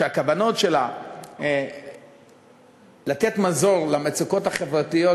שהכוונות שלה לתת מזור למצוקות החברתיות